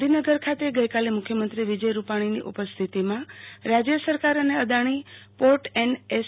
ગાંધીનગર ખાતે ગઈકાલે મુખ્યમંત્રી વિજય રૂપાણીની ઉપસ્થિતીમાં રાજ્ય સરકાર અને અદાણી પોર્ટ એન્ડ એસ